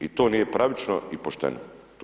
I to nije pravično i pošteno.